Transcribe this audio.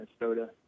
Minnesota